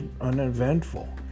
uneventful